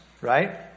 right